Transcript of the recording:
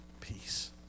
peace